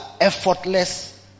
effortless